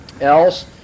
else